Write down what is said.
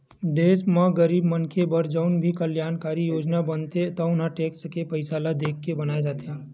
देस म गरीब मनखे बर जउन भी कल्यानकारी योजना बनथे तउन ह टेक्स के पइसा ल देखके बनाए जाथे